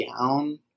down